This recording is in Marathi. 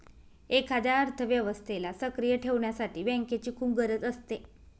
एखाद्या अर्थव्यवस्थेला सक्रिय ठेवण्यासाठी बँकेची खूप गरज असते